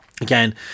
again